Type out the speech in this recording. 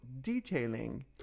detailing